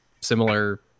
similar